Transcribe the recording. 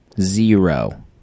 Zero